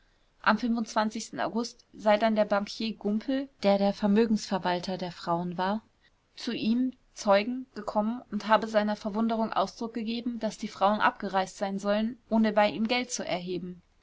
am august sei dann der bankier gumpel der der vermögensverwalter der frauen war zu ihm zeugen gekommen und habe seiner verwunderung ausdruck gegeben daß die frauen abgereist sein sollten ohne bei ihm geld zu erheben